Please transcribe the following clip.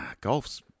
golf's